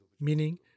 meaning